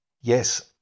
Yes